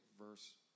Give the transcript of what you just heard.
verse